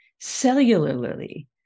cellularly